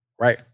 right